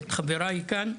את חבריי כאן,